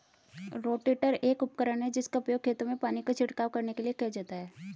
rotator एक उपकरण है जिसका उपयोग खेतों में पानी का छिड़काव करने के लिए किया जाता है